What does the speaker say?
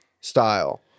Style